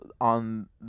on